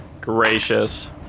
Gracious